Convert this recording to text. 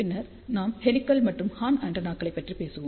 பின்னர் நாம் ஹெலிகல் மற்றும் ஹார்ன் ஆண்டெனாக்களைப் பற்றி பேசுவோம்